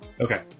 Okay